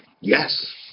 Yes